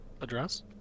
address